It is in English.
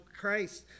Christ